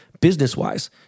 business-wise